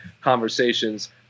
conversations